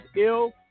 ill